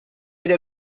aire